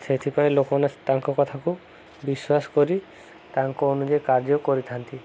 ସେଥିପାଇଁ ଲୋକମାନେ ତାଙ୍କ କଥାକୁ ବିଶ୍ୱାସ କରି ତାଙ୍କ ଅନୁଯାୟୀ କାର୍ଯ୍ୟ କରିଥାନ୍ତି